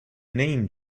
name